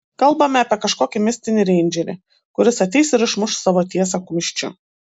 kalbame apie kažkokį mistinį reindžerį kuris ateis ir išmuš savo tiesą kumščiu